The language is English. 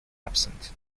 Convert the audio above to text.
absent